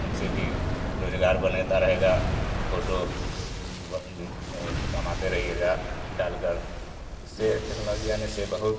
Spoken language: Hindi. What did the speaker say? उनसे भी रोज़गार बनता रहेगा फोटो कमाते रहिएगा डालकर इससे टेक्नोलॉजी आने से बहुत